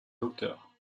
docteur